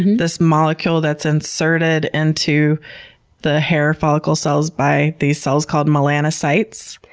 this molecule that's inserted into the hair follicle cells by these cells called melanocytes.